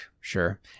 sure